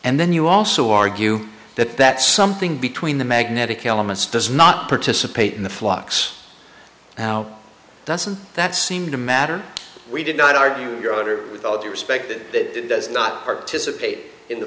and then you also argue that that something between the magnetic elements does not participate in the flux now doesn't that seem to matter we did not argue your order with all due respect that does not participate in the